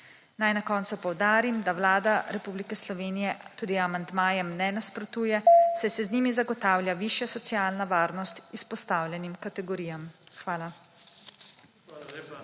Naj na koncu poudarim, da Vlada Republike Slovenije tudi amandmajem ne nasprotuje / znak za konec razprave/, saj se z njimi zagotavlja višja socialna varnost izpostavljenim kategorijam. Hvala.